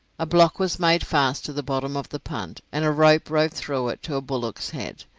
a block was made fast to the bottom of the punt, and a rope rove through it to a bullock's head,